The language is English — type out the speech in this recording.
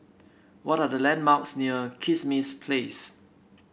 what are the landmarks near Kismis Place